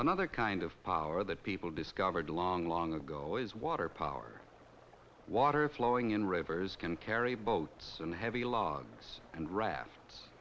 another kind of power that people discovered long long ago is water power water flowing in rivers can carry boats and heavy logs and rafts